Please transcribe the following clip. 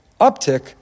uptick